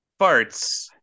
farts